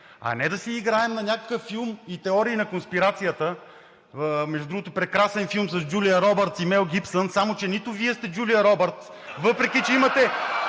а не да си играем на някакъв филм „Теории на конспирацията“. Между другото, прекрасен филм с Джулия Робъртс и Мел Гибсън, само че нито Вие сте Джулия Робъртс (смях от ИТН), въпреки че имате